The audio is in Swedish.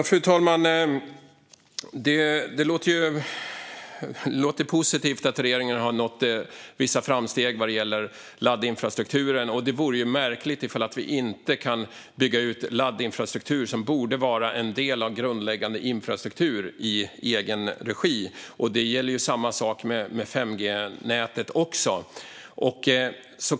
Fru talman! Det låter positivt att regeringen har nått vissa framgångar vad gäller laddinfrastrukturen. Det vore ju märkligt ifall vi inte skulle kunna bygga ut laddinfrastruktur, som borde vara en del av grundläggande infrastruktur, i egen regi. Samma sak gäller 5G-nätet.